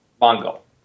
Mongol